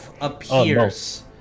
appears